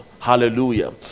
Hallelujah